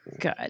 good